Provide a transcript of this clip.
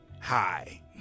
Hi